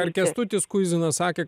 ką ir kęstutis kuizinas sakė